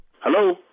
Hello